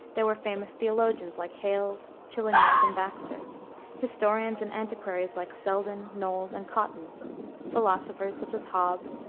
there were famous theologians, like hales, chillingworth, and baxter historians and antiquaries, like selden, knolles, and cotton philosophers, such as hobbes,